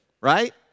right